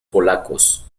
polacos